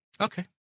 Okay